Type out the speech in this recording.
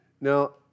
Now